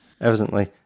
Evidently